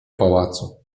pałacu